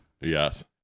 yes